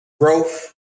Growth